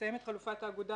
לסיים את חלופת האגודה